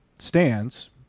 stands